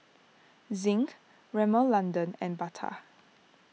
Zinc Rimmel London and Bata